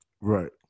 Right